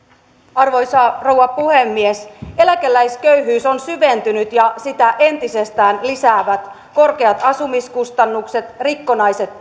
arvoisa rouva puhemies eläkeläisköyhyys on syventynyt ja sitä entisestään lisäävät korkeat asumiskustannukset rikkonaiset